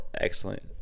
excellent